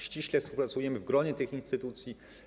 Ściśle współpracujemy w gronie tych instytucji.